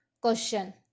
Question